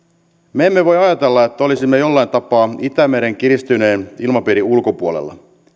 me emme voi ajatella että olisimme jollain tapaa itämeren kiristyneen ilmapiirin ulkopuolella